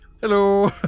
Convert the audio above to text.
Hello